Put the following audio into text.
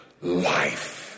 life